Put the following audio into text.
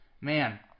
Man